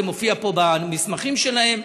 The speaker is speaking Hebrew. זה מופיע פה במסמכים שלהם,